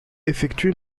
effectue